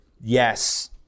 Yes